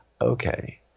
okay